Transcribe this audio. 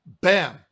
bam